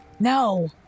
No